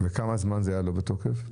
וכמה זמן זה היה לא בתוקף?